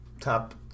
top